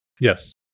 Yes